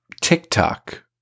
TikTok